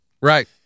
Right